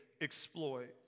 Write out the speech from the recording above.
exploit